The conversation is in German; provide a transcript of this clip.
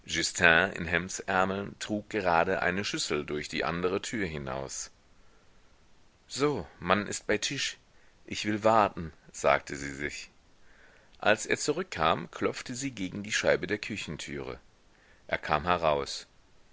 in hemdsärmeln trug gerade eine schüssel durch die andere tür hinaus so man ist bei tisch ich will warten sagte sie sich als er zurückkam klopfte sie gegen die scheibe der küchentüre er kam heraus